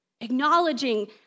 acknowledging